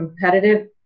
competitive